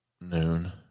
noon